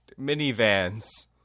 minivans